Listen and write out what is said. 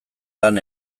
lan